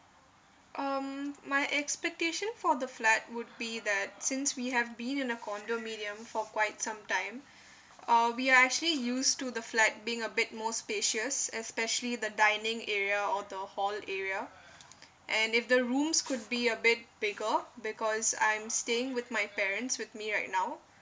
um my expectation for the flat would be that since we have been in a condominium for quite some time uh we are actually used to the flat being a bit more spacious especially the dining area or the hall area and if the rooms could be a bit bigger because I'm staying with my parents with me right now